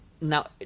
now